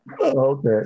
Okay